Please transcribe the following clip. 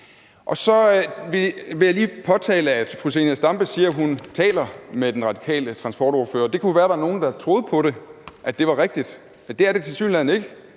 Så vil jeg lige påtale, at fru Zenia Stampe siger, at hun taler med den radikale transportordfører. Det kunne jo være, at der var nogle, der troede på, at det var rigtigt, men det er det tilsyneladende ikke,